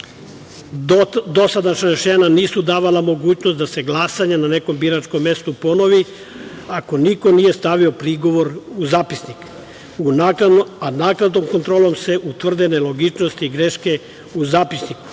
Dosadašnja rešenja nisu davala mogućnost da se glasanje na nekom biračkom mestu ponovi ako niko nije stavio prigovor u zapisnik, a naknadnom kontrolom se utvrde nelogičnosti i greške u zapisniku